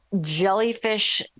jellyfish